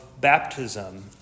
baptism